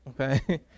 Okay